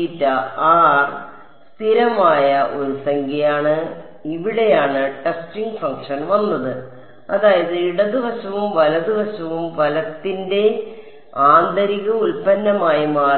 ഇത് സ്ഥിരമായ ഒരു സംഖ്യയാണ് ഇവിടെയാണ് ടെസ്റ്റിംഗ് ഫംഗ്ഷൻ വന്നത് അതായത് ഇടത് വശവും വലത് വശവും വലത്തിന്റെ ആന്തരിക ഉൽപ്പന്നമായി മാറി